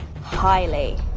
highly